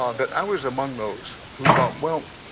um that i was among those who thought well,